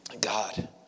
God